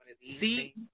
See